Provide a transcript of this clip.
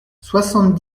soixante